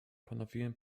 ponowiłem